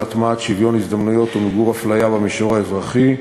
הטמעת שוויון ההזדמנויות ומיגור האפליה במישור האזרחי,